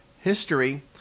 history